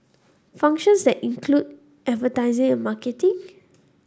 functions that include advertising and marketing